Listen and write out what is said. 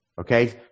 okay